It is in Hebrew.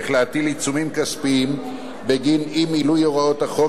להטיל עיצומים כספיים בגין אי-מילוי הוראות החוק,